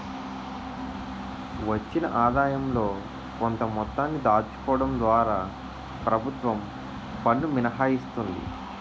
వచ్చిన ఆదాయంలో కొంత మొత్తాన్ని దాచుకోవడం ద్వారా ప్రభుత్వం పన్ను మినహాయిస్తుంది